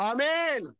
Amen